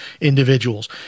individuals